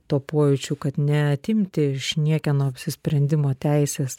tuo pojūčiu kad neatimti iš niekieno apsisprendimo teisės